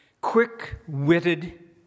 Quick-witted